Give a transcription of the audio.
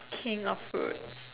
King of fruits